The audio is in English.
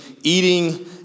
eating